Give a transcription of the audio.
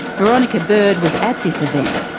veronica bird was at this event,